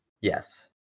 Yes